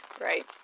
Right